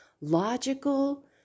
logical